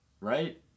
right